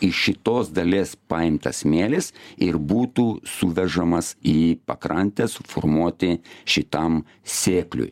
iš šitos dalies paimtas smėlis ir būtų suvežamas į pakrantę suformuoti šitam sėkliui